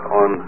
on